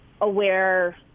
aware